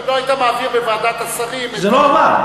לא היית מעביר בוועדת השרים את כל, זה לא עבר.